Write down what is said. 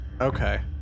okay